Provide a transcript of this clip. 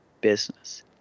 business